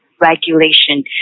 regulation